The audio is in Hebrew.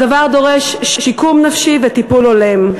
הדבר דורש שיקום נפשי וטיפול הולם.